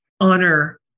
honor